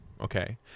Okay